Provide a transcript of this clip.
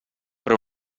però